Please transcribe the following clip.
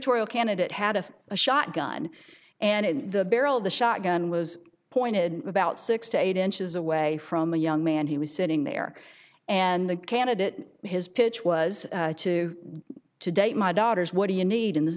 to a candidate had a shotgun and the barrel of the shotgun was pointed about six to eight inches away from a young man he was sitting there and the candidate his pitch was to to date my daughters what do you need